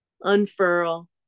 Unfurl